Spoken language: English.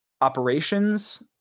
operations